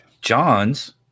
John's